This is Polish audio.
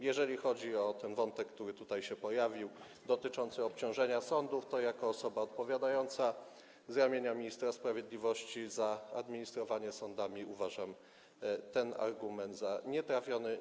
Jeżeli chodzi o ten wątek, który tutaj się pojawił, dotyczący obciążenia sądów, to jako osoba odpowiadająca z ramienia ministra sprawiedliwości za administrowanie sądami uważam ten argument za nietrafiony.